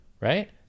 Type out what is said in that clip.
right